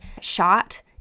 shot